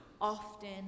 often